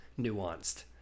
nuanced